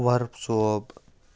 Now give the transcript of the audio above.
warp Sahib